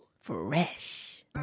Fresh